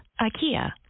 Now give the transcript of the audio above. IKEA